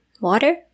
water